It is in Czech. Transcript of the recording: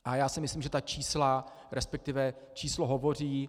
A myslím, že ta čísla, resp. číslo hovoří.